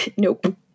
Nope